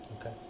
Okay